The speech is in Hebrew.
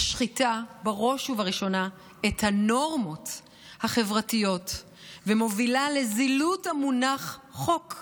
משחיתה בראש ובראשונה את הנורמות החברתיות ומובילה לזילות המונחים "חוק"